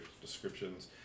descriptions